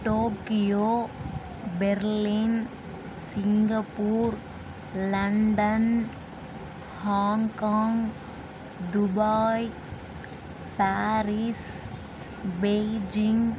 Tokyo Berlin Singapore London Hong Kong Dubai Paris Beijing